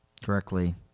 Directly